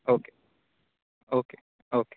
okay okay okay